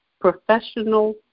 professional